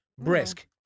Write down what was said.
brisk